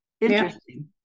Interesting